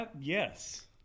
yes